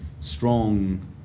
strong